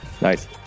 nice